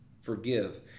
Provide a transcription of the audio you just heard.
forgive